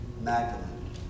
Magdalene